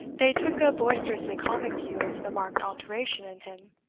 they took a boisterously comic view of the marked alteration in him.